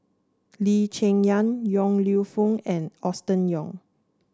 Lee Cheng Yan Yong Lew Foong and Austen Ong